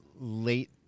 late